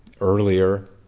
Earlier